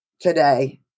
today